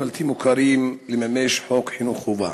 הבלתי-מוכרים לממש את חוק חינוך חובה.